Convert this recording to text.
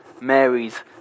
Mary's